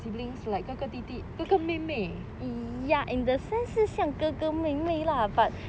siblings like 哥哥弟弟哥哥妹妹